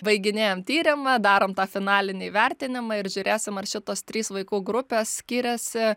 baiginėjam tyrimą darom tą finalinį įvertinimą ir žiūrėsim ar šitos trys vaikų grupės skiriasi